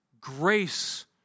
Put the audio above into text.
grace